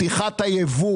פתיחת הייבוא